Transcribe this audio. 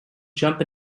jump